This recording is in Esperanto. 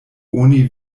oni